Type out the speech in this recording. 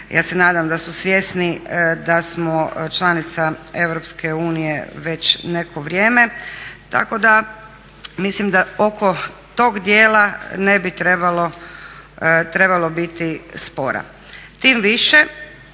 ja se nadam da su svjesni da smo članica Europske unije već neko vrijeme. Tako da mislim da oko tog dijela ne bi trebalo biti spora, tim više